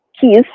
keys